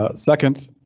ah second,